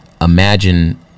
imagine